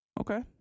Okay